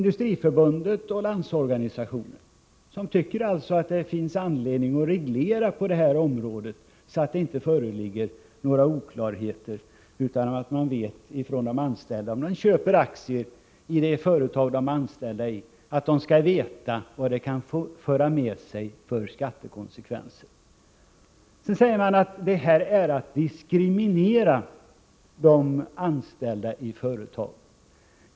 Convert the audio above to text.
De tycker att det finns anledning att reglera på detta område, så att det inte föreligger några oklarheter utan att de som köper aktier i det företag där de är anställda vet vilka skattekonsekvenser detta kan föra med sig. Det sägs här att förslaget innebär en diskriminering av de anställda i företagen.